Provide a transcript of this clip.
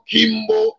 Kimbo